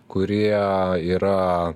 kurie yra